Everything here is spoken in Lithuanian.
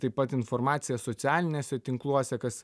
taip pat informaciją socialiniuose tinkluose kas